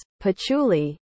patchouli